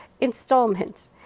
installment